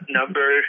number